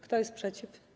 Kto jest przeciw?